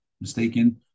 mistaken